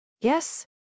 Yes